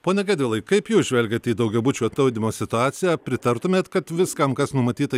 pone gedvilai kaip jūs žvelgiat į daugiabučių atnaujinimo situaciją pritartumėt kad viskam kas numatyta